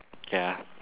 ya